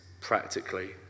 practically